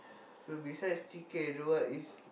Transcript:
so besides chicken what is